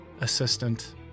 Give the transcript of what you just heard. assistant